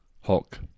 Hulk